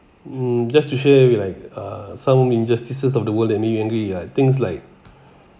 mm just to share with like uh some injustices of the world that me you angry uh things like